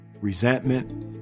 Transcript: resentment